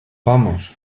vamos